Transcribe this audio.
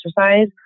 exercise